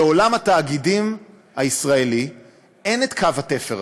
בעולם התאגידים הישראלי אין קו תפר כזה,